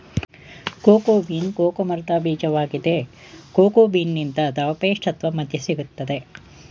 cocoa bean cocoa ಮರ್ದ ಬೀಜ್ವಾಗಿದೆ cocoa ಬೀನಿಂದ ದ್ರವ ಪೇಸ್ಟ್ ಅತ್ವ ಮದ್ಯ ಸಿಗ್ತದೆ